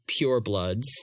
purebloods